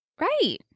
Right